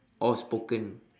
oh spoken